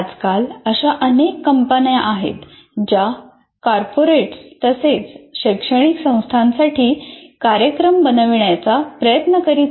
आजकाल अशा अनेक कंपन्या आहेत ज्या कॉर्पोरेट्स तसेच शैक्षणिक संस्थांसाठी कार्यक्रम बनविण्याचा प्रयत्न करीत आहेत